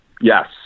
Yes